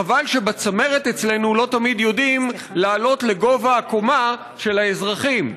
חבל שבצמרת אצלנו לא תמיד יודעים לעלות לגובה הקומה של האזרחים.